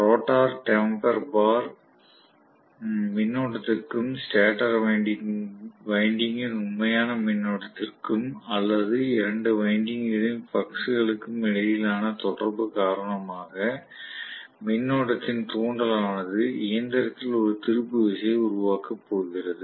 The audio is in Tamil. ரோட்டார் டம்பர் பார் மின்னோட்டத்திற்கும் ஸ்டேட்டர் வைண்டிங்கின் உண்மையான மின்னோட்டத்திற்கும் அல்லது இரண்டு வைண்டிங்குகளின் பிளக்ஸ் களுக்கும் இடையிலான தொடர்பு காரணமாக மின்னோட்டத்தின் தூண்டல் ஆனது இயந்திரத்தில் ஒரு திருப்பு விசையை உருவாக்கப் போகிறது